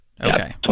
Okay